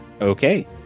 Okay